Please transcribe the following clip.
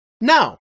No